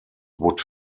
would